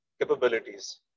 capabilities